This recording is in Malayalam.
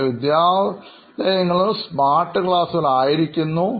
പല വിദ്യാലയങ്ങളും സ്മാർട്ട് ക്ലാസുകൾ ആയി മാറിയിരിക്കുന്നു